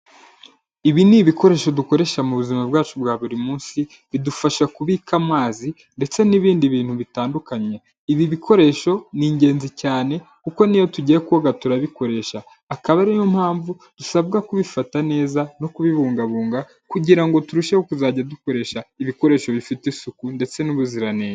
Ibi ni ibikoresho dukoresha mu buzima bwacu bwa buri munsi bidufasha kubika amazi, ndetse n'ibindi bintu bitandukanye ibi bikoresho ni ingenzi cyane kuko n'iyo tugiye koga turabikoresha akaba ariyo mpamvu dusabwa kubifata neza no kubibungabunga kugira ngo turusheho kuzajya dukoresha ibikoresho bifite isuku, ndetse nubuziranenge.